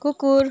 कुकुर